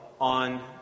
on